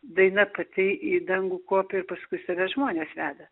daina pati į dangų kopia ir paskui save žmones veda